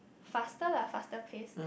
faster lah faster pace